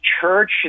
church